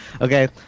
Okay